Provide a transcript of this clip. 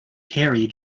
harry